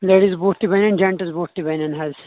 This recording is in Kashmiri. لیڑیٖز بوٗٹ تہِ بنن جینٹس بوٗٹ تہِ بنن حظ